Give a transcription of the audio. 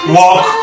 walk